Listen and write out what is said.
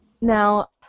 now